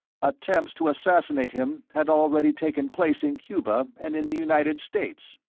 attempts to assassinate him had already taken place in cuba and in the united states.